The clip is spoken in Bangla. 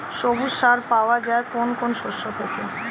সবুজ সার পাওয়া যায় কোন কোন শস্য থেকে?